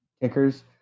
kickers